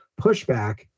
pushback